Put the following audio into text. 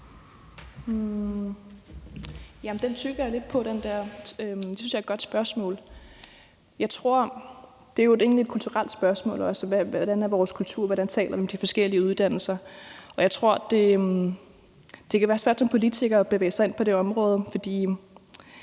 Den tygger jeg lidt på. Det synes jeg er et godt spørgsmål. Det er jo egentlig også et kulturelt spørgsmål. Hvordan er vores kultur, og hvordan taler vi om de forskellige uddannelser? Jeg tror, det kan være svært som politiker at bevæge sig ind på det område.